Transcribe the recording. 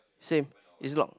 same it's locked